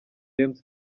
james